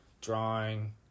drawing